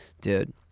dude